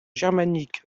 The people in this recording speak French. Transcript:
germanique